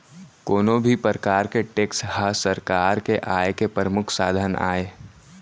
कोनो भी परकार के टेक्स ह सरकार के आय के परमुख साधन आय